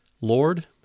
Lord